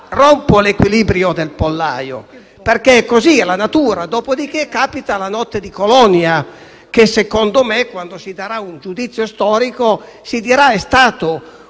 rompe l'equilibrio del pollaio, perché è così, è la natura. Dopodiché capita la notte di Colonia; secondo me, quando si darà un giudizio storico su tale